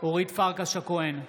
אורית פרקש הכהן,